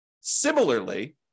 Similarly